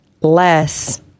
less